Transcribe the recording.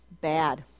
bad